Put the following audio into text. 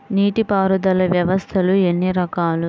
నీటిపారుదల వ్యవస్థలు ఎన్ని రకాలు?